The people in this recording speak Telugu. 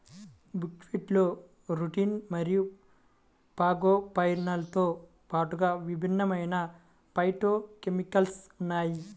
బుక్వీట్లో రుటిన్ మరియు ఫాగోపైరిన్లతో పాటుగా విభిన్నమైన ఫైటోకెమికల్స్ ఉన్నాయి